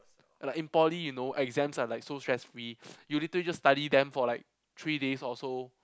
uh like in poly you know exams are like so stress free you literally just study them for like three days or so